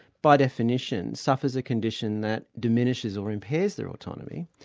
by definition, suffers a condition that diminishes or repairs their autonomy,